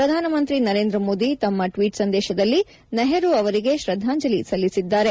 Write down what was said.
ಪ್ರಧಾನಮಂತ್ರಿ ನರೇಂದ್ರ ಮೋದಿ ತಮ್ಮ ಟ್ವೀಟ್ ಸಂದೇಶದಲ್ಲಿ ನೆಹರು ಅವರಿಗೆ ಶ್ರದ್ದಾಂಜಲಿ ಸಲ್ಲಿಸಿದ್ದಾರೆ